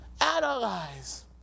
analyze